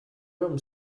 room